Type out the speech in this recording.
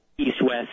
east-west